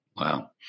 Wow